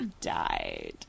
died